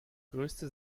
größte